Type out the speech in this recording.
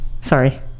sorry